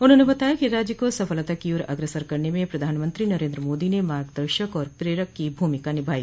उन्होंने बताया कि राज्य को सफलता की ओर अग्रसर करने में प्रधानमंत्री नरेन्द्र मोदी ने मार्गदर्शक और प्रेरक की भूमिका निभाई